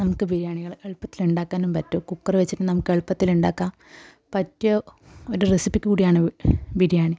നമുക്ക് ബിരിയാണികൾ എളുപ്പത്തിണ്ടാക്കാനും പറ്റും കുക്കർ വച്ചിട്ട് നമുക്ക് എളുപ്പത്തിലുണ്ടാക്കാം പറ്റിയ ഒരു റെസിപ്പി കൂടിയാണ് ബിരിയാണി